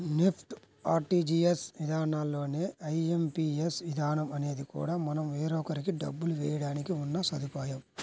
NEFT, RTGS విధానాల్లానే IMPS విధానం అనేది కూడా మనం వేరొకరికి డబ్బులు వేయడానికి ఉన్న సదుపాయం